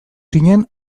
zinen